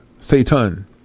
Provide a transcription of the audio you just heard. Satan